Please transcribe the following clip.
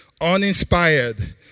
uninspired